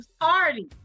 party